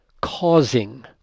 causing